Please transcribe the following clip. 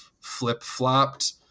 flip-flopped